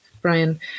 Brian